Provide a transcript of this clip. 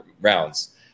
rounds